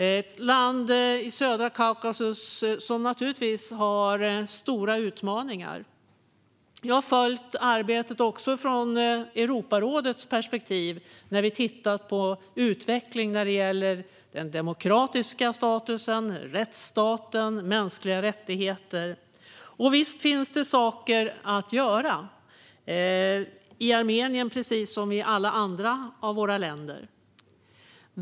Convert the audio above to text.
Det är ett land i södra Kaukasus som naturligtvis har stora utmaningar. Jag har också följt arbetet från Europarådets perspektiv, där vi tittat på utvecklingen när det gäller den demokratiska statusen, rättsstaten och mänskliga rättigheter. Visst finns det saker att göra i Armenien, precis som i alla andra länder.